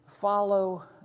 follow